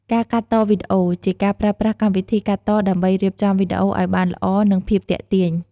ការកាត់តវីដេអូ ជាការប្រើប្រាស់កម្មវិធីកាត់តដើម្បីរៀបចំវីដេអូឱ្យបានល្អនិងភាពទាក់ទាញ។